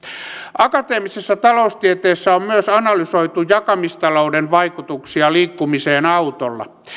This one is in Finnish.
akateemisessa taloustieteessä on myös analysoitu jakamistalouden vaikutuksia liikkumiseen autolla